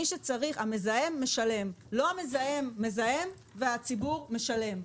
המזהם משלם, לא המזהם מזהם, והציבור משלם.